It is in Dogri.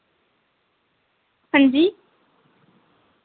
हांजी